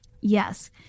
Yes